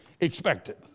expected